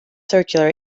circular